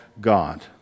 God